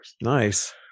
Nice